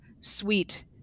sweet